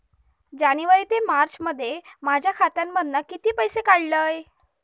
जानेवारी ते मार्चमध्ये माझ्या खात्यामधना किती पैसे काढलय?